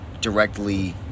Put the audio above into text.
directly